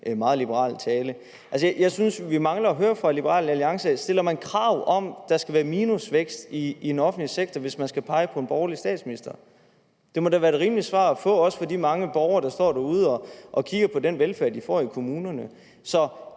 Jeg synes, at vi mangler at høre fra Liberal Alliance, om man stiller krav om, at der skal være minusvækst i den offentlige sektor, hvis man skal pege på en borgerlig statsminister. Det må da være rimeligt, at der gives svar på det, også for de mange borgere, der befinder sig derude, og som ser på den velfærd, de får i kommunerne.